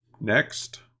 next